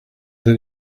that